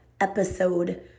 episode